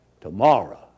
tomorrow